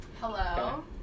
Hello